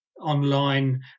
online